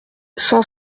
cent